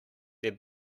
their